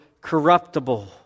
corruptible